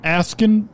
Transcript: asking